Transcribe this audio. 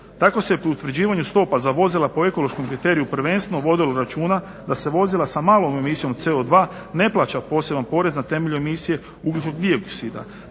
Tako se pri utvrđivanju stopa za vozila po ekološkom kriteriju prvenstveno vodilo računa da se na vozila sa malom emisijom CO2 ne plaća poseban porez na temelju emisije ugljičnog dioksida.